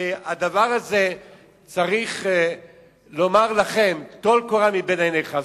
שהדבר הזה צריך לומר לכם: טול קורה מבין עיניך.